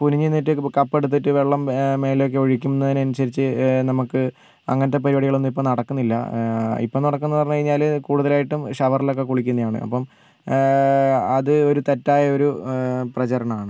കുനിഞ്ഞ് നിന്നിട്ട് ഇപ്പം കപ്പെടുത്തിട്ട് വെള്ളം മുകളിലേക്ക് ഒഴിക്കുന്നതിനനുസരിച്ച് നമുക്ക് അങ്ങനത്തെ പരിപാടികളൊന്നും ഇപ്പം നടക്കുന്നില്ല ഇപ്പം നടക്കുന്നു പറഞ്ഞ് കഴിഞ്ഞാൽ കൂടുതലായിട്ടും ഷവറിലൊക്കെ കുളിക്കുന്നയാണ് അപ്പം അത് ഒരു തെറ്റായ ഒരു പ്രചരണമാണ്